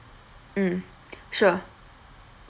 mm sure